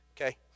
Okay